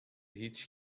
هیچ